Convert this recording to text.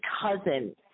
cousin